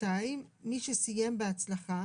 2017,(2)מי שסיים בהצלחה